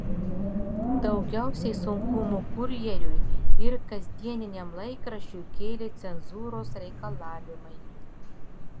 daugiausiai sunkumų kurjeriui ir kasdieniniam laikraščiui kėlė cenzūros reikalavimai